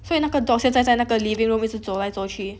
所以那个 dog 在在那个 living room 走来走去